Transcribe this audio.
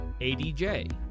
ADJ